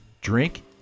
drink